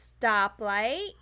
stoplight